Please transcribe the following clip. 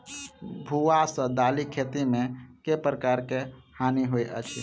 भुआ सँ दालि खेती मे केँ प्रकार केँ हानि होइ अछि?